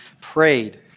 prayed